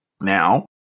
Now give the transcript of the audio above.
Now